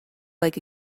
like